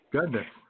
Goodness